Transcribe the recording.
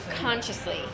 consciously